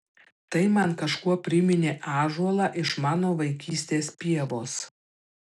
tai man kažkuo priminė ąžuolą iš mano vaikystės pievos